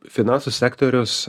finansų sektorius